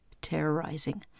terrorizing